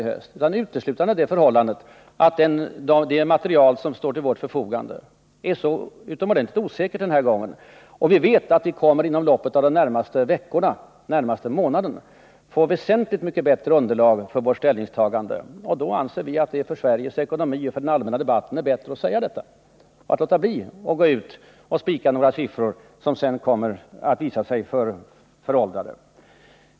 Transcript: Det är betingat uteslutande av det förhållandet att det material som står till vårt förfogande är så utomordentligt osäkert. Vi vet att vi inom loppet av de närmaste veckorna eller månaderna kommer att få ett väsentligt bättre underlag för vårt ställningstagande. Då anser vi att det är bättre för Sveriges ekonomi och för den allmänna debatten att låta bli att spika några siffror som snart kommer att visa sig föråldrade.